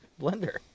blender